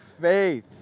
faith